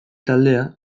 taldea